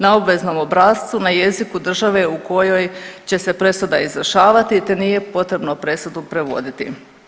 Na obveznom obrascu na jeziku države u kojoj će se presuda izvršavati te nije potrebno presudu prevoditi.